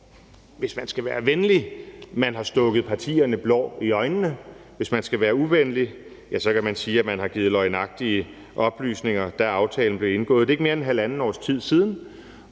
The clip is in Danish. hvis vi skal være venlige, kan sige, at man har stukket partierne blår i øjnene, og at man, hvis vi skal være uvenlige, har givet løgnagtige oplysninger, da aftalen blev indgået. Det er jo ikke mere end halvandet års tid siden,